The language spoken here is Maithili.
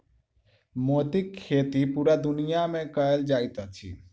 मोतीक खेती पूरा दुनिया मे कयल जाइत अछि